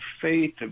faith